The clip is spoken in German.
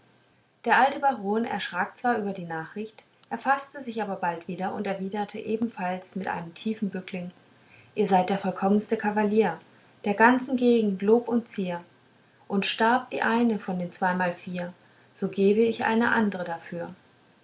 der alte baron erschrak zwar über die nachricht er faßte sich aber bald wieder und erwiderte ebenfalls mit einem tiefen bückling ihr seid der vollkommenste kavalier der ganzen gegend lob und zier und starb die eine von den zweimal vier so gebe ich eine andre dafür